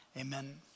Amen